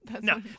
No